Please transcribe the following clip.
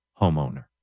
homeowner